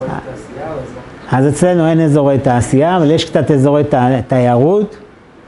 אז אצלנו אין אזורי תעשייה אבל יש קצת אזורי תיירות.